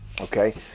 Okay